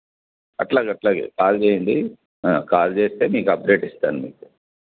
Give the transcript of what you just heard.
అట్లాగే అట్లాగే కాల్ చేయండి కాల్ చేస్తే మీకు అప్డేట్ ఇస్తాను మీకు